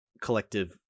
collective